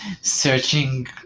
searching